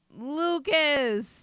lucas